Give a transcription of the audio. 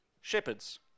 Shepherds